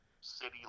city